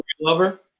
Lover